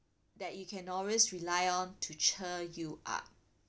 that you can always rely on to cheer you up